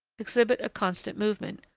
exhibit a constant movement,